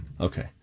Okay